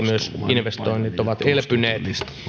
investoinnit ovat elpyneet